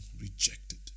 rejected